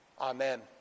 Amen